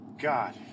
God